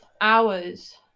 hours